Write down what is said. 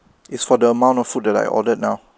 it's for the amount of food that I ordered now